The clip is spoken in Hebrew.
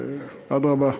אדרבה,